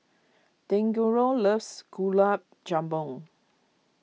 Deangelo loves Gulab Jamun